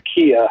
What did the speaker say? Kia